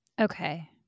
Okay